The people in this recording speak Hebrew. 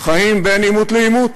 חיים בין עימות לעימות.